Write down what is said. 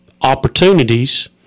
opportunities